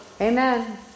Amen